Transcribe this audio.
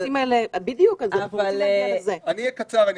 אדבר בקצרה.